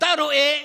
אתה רואה: